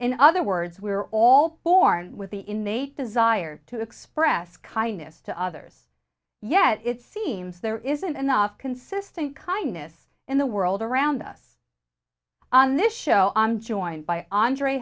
in other words we're all born with the innate desire to express kindness to others yet it seems there isn't enough consistent kindness in the world around us on this show i'm joined by andre